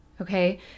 Okay